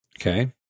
Okay